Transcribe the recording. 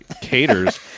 caters